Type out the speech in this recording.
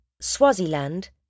Swaziland